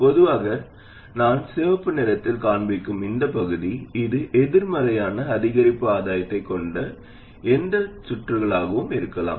பொதுவாக நான் சிவப்பு நிறத்தில் காண்பிக்கும் இந்த பகுதி இது எதிர்மறையான அதிகரிப்பு ஆதாயத்தைக் கொண்ட எந்த சுற்றுகளாகவும் இருக்கலாம்